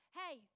hey